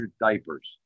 diapers